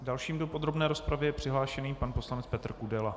Dalším do podrobné rozpravy je přihlášený pan poslanec Petr Kudela.